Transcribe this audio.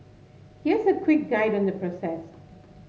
here's a quick guide on the process